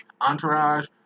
Entourage